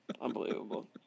Unbelievable